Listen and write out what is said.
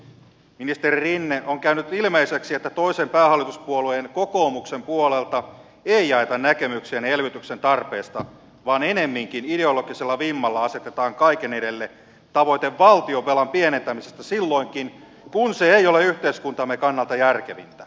ministeri rinne on käynyt ilmeiseksi että toisen päähallituspuolueen kokoomuksen puolelta ei jaeta näkemyksiänne elvytyksen tarpeesta vaan enemminkin ideologisella vimmalla asetetaan kaiken edelle tavoite valtionvelan pienentämisestä silloinkin kun se ei ole yhteiskuntamme kannalta järkevintä